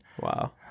Wow